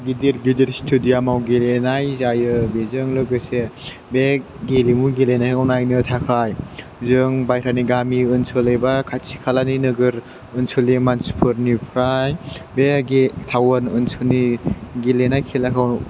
गिदिर गिदिर स्टेडियामाव गेलेनाय जायो बेजों लोगोसे बे गेलेमु गेलेनायखौ नायनो थाखाय जों बायह्रानि गामि ओनसोल एबा खाथि खालानि नोगोर ओनसोलनि मानसिफोरनिफ्राय बे टाउन ओनसोलनि गेलेनाय खेलाखौ